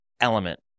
element